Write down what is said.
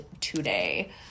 today